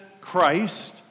Christ